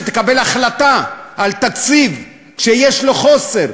שתקבל החלטה על תקציב כשיש לה חוסר,